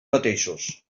mateixos